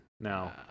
now